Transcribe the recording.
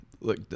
look